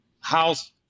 house